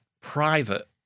private